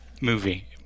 movie